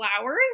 flowers